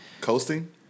Coasting